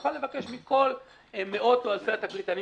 ויוכל לבקש מכל מאות או אלפי התקליטנים